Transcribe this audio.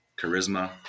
charisma